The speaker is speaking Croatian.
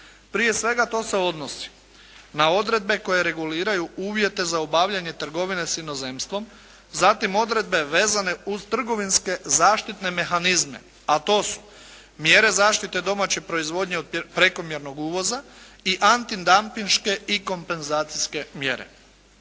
Prije svega to se odnosi na odredbe koje reguliraju uvjete za obavljanje trgovine s inozemstvom. Zatim odredbe vezane uz trgovinske zaštite mehanizme, a to su: mjere zaštite domaće proizvodnje od prekomjernog uvoza i antidanpinške i kompenzacijske mjere.